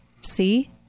See